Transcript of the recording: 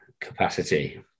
capacity